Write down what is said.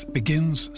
begins